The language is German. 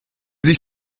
sich